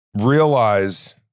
realize